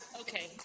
Okay